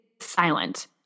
silent